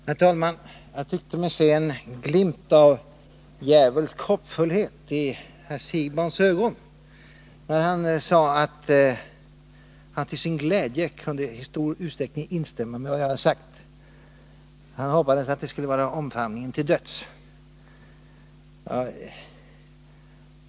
Herr talman! Jag tyckte mig se en glimt av djävulsk hoppfullhet i herr Siegbahns ögon, när han sade att han till sin glädje i stor utsträckning kunde instämma i vad jag hade sagt. Han hoppades att det skulle vara en omfamning till döds.